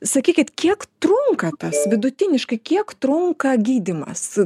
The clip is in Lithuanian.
sakykit kiek trunka tas vidutiniškai kiek trunka gydymas